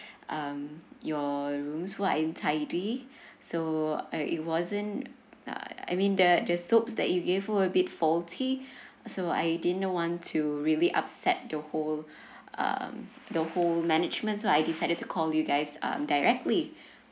um your rooms who uh untidy so uh it wasn't uh I mean the the soaps that you gave him a bit faulty so I didn't want to really upset the whole um the whole managements so I decided to call you guys um directly